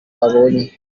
abonye